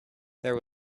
there